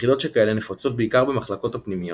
יחידות שכאלה נפוצות בעיקר במחלקות הפנימיות,